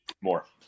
More